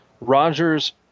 Rogers